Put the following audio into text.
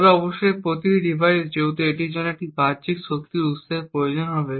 তবে অবশ্যই প্রতিটি ডিভাইস যেহেতু এটির জন্য একটি বাহ্যিক শক্তির উত্সের প্রয়োজন হবে